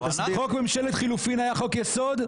חוק ממשלת חילופין היה חוק יסוד,